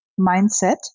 mindset